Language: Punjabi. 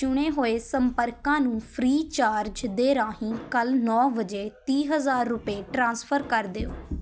ਚੁਣੇ ਹੋਏ ਸੰਪਰਕਾਂ ਨੂੰ ਫ੍ਰੀ ਚਾਰਜ ਦੇ ਰਾਹੀਂ ਕੱਲ੍ਹ ਨੌਂ ਵਜੇ ਤੀਹ ਹਜ਼ਾਰ ਰੁਪਏ ਟ੍ਰਾਂਸਫਰ ਕਰ ਦਿਓ